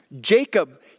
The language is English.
Jacob